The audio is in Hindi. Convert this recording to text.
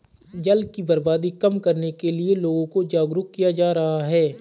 जल की बर्बादी कम करने के लिए लोगों को जागरुक किया जा रहा है